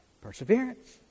perseverance